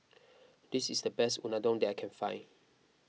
this is the best Unadon that I can find